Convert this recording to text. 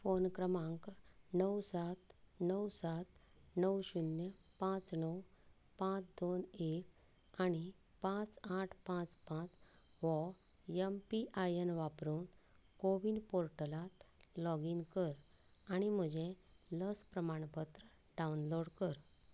phone क्रमांक णव सात णव सात णव शुन्य पांच णव पांच दोन एक आनी पांच आठ पांच पांच हो एम पी आय एन वापरून कोविन पोर्टलांत लॉग इन कर आनी म्हजें लस प्रमाणपत्र डावनलोड कर